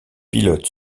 pilotes